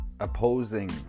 Opposing